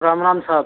Ram Ram sir